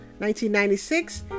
1996